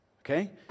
okay